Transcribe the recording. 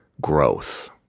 growth